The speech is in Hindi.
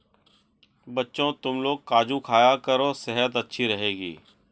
बच्चों, तुमलोग काजू खाया करो सेहत अच्छी रहेगी